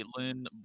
Caitlyn